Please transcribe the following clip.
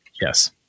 Yes